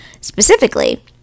specifically